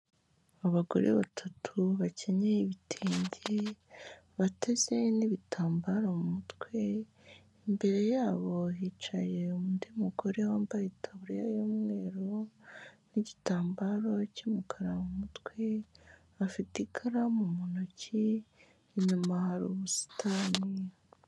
Abagore batatu bakenyeye ibitenge, bateze n'ibitambaro mu mutwe, imbere yabo hicaye undi mugore wambaye itaburiya y'umweru n'igitambaro cy'umukara mu mutwe, afite ikaramu mu ntoki, inyuma hari ubusitani.